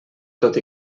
tot